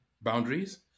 boundaries